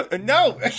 No